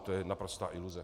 To je naprostá iluze.